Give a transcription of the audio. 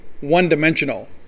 one-dimensional